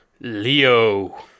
Leo